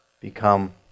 become